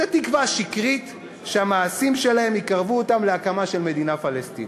זו תקווה שקרית שהמעשים שלהם יקרבו אותם להקמת מדינה פלסטינית.